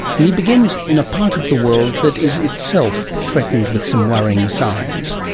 and he begins in a part of the world that is itself threatened with some worrying signs,